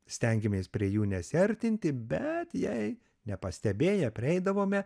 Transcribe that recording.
stengiamės prie jų nesiartinti bet jei nepastebėję prieidavome